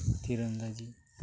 ᱛᱤᱨᱚᱱᱫᱟᱡᱤ